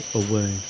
away